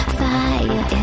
fire